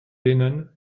lennon